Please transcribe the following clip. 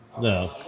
No